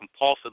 compulsively